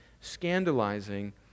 scandalizing